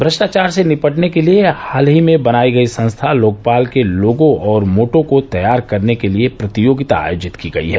श्रष्टाचार से निपटने के लिए हाल में बनाई गई संस्था लोकपाल के लोगो और मोटो तैयार करने के लिए प्रतियोगिता आयोजित की गई है